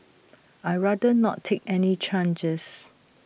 I'd rather not take any charges